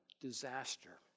disaster